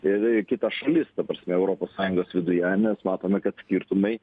ir kita šalis ta prasme europos sąjungos viduje nes matome kad skirtumai